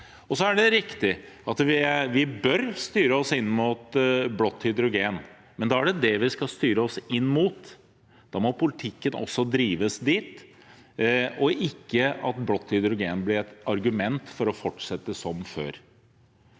Så er det riktig at vi bør styre oss inn mot blått hydrogen, men da er det det vi skal styre oss inn mot. Da må politikken også drives dit, og ikke slik at blått hydrogen blir et argument for å fortsette som før.